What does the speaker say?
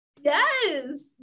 Yes